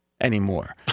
anymore